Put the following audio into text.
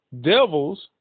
devils